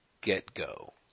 get-go